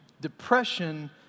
depression